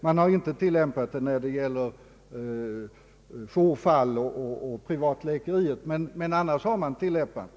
Man har inte tillämpat systemet när det gäller jourfall och privatläkarpraktik, men annars har man tilllämpat det.